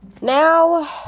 now